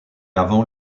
avant